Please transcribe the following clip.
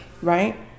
right